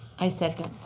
i second.